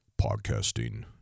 Podcasting